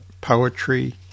poetry